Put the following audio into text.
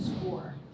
score